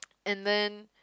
and then